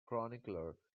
chronicler